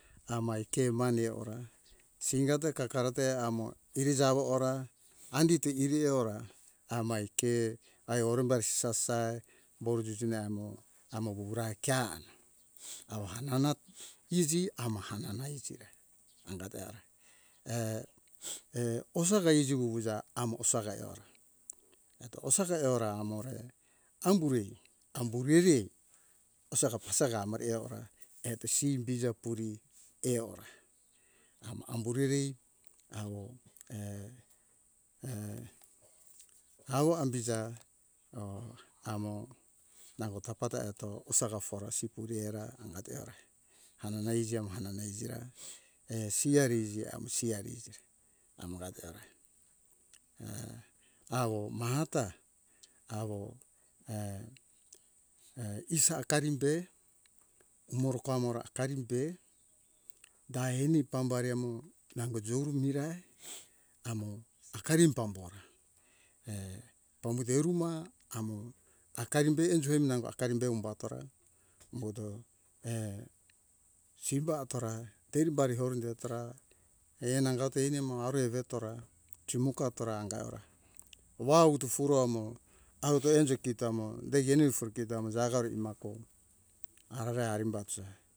Amai ke mane ora singa ta kakara te amo iri jawo ora andi tigiri eora amai ke ai orem bari sasai pore juju namo amo wuwu rai kea awa hanta iji ama hananai iji ra anga teora err err ozaga iji wuwuja amo osaga ora eto osasa eora amore amburi amburiri osaga pasaga amo eora eto simbisa puri eora amo ambu riri awo err err hawo ambiza o amo nango tapa ta eto usaga for a sipuri era angate ora hananai iji amo hananai iji ra err siari iji amo siari iji re amora tehora err awo maha ta awo err err isa akarim be umora pamora akarim be da ani pambare mo nango juru mirai amo isakari pambu hora err pambuto iruma amo akarimbe enjo emi akari be umba tora umbuto err simba atora perum bari orum ba tora err nangato ani ime auri vetora timo katora anga ora wawutu furo amo ra awo jo indikitu amo deige eni efurukito amo arare ar baucher